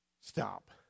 Stop